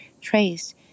traced